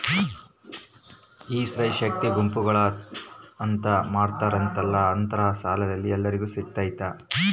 ಈ ಸ್ತ್ರೇ ಶಕ್ತಿ ಗುಂಪುಗಳು ಅಂತ ಮಾಡಿರ್ತಾರಂತಲ ಅದ್ರಾಗ ಸಾಲ ಎಲ್ಲರಿಗೂ ಸಿಗತೈತಾ?